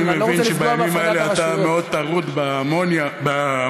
ואני לא רוצה לפגוע באף אחת